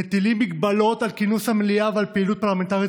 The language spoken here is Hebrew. מטילים הגבלות על כינוס המליאה ועל פעילות פרלמנטרית